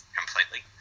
completely